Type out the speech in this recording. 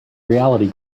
reality